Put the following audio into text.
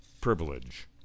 privilege